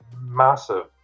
massive